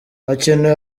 hakenewe